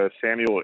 Samuel